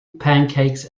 pancakes